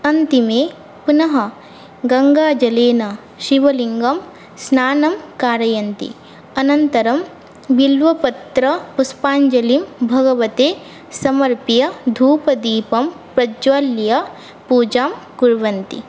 अन्तिमे पुनः गङ्गाजलेन शिवलिङ्गं स्नानं कारयन्ति अनन्तरं बिल्वपत्रपुष्पाञ्जलिं भगवते समर्प्य धूपदीपं प्रज्वाल्य पूजां कुर्वन्ति